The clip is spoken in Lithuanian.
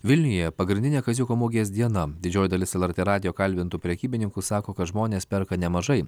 vilniuje pagrindinė kaziuko mugės diena didžioji dalis lrt radijo kalbintų prekybininkų sako kad žmonės perka nemažai